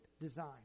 design